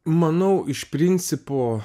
manau iš principo